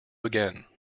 again